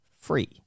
free